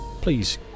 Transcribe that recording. please